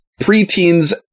preteens